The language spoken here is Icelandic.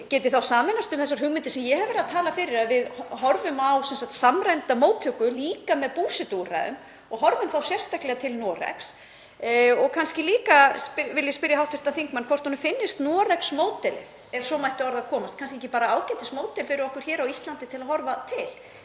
geti þá sameinast um þessar hugmyndir sem ég hef verið að tala fyrir, að við horfum á samræmda móttöku, líka með búsetuúrræðum, og horfum þá sérstaklega til Noregs. Ég vil líka kannski spyrja hv. þingmann hvort honum finnist Noregsmódelið, ef svo mætti að orði komast, kannski ekki bara ágætismódel fyrir okkur hér á Íslandi til að horfa til.